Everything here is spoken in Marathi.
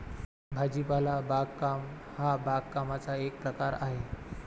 भाजीपाला बागकाम हा बागकामाचा एक प्रकार आहे